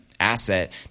asset